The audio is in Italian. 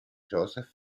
joseph